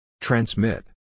Transmit